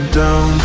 down